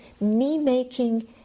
me-making